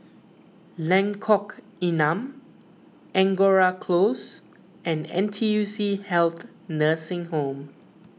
Lengkong Enam Angora Close and N T U C Health Nursing Home